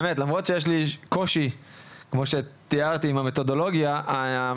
למרות שיש לי קושי עם המתודולוגיה כמו שתיארתי,